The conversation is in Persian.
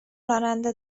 راننده